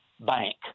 bank